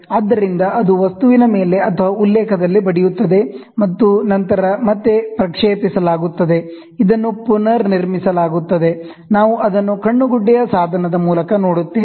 ಆದ್ದರಿಂದ ಅದು ವಸ್ತುವಿನ ಮೇಲೆ ಅಥವಾ ಉಲ್ಲೇಖದಲ್ಲಿ ಬಡಿಯುತ್ತದೆ ಮತ್ತು ನಂತರ ಮತ್ತೆ ಪ್ರಕ್ಷೇಪಿಸಲಾಗುತ್ತದೆ ಇದನ್ನು ಪುನರ್ನಿರ್ಮಿಸಲಾಗುತ್ತದೆ ನಾವು ಅದನ್ನು ಐ ಪೀಸ್ ಸಾಧನದ ಮೂಲಕ ನೋಡುತ್ತೇವೆ